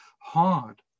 hard